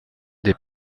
des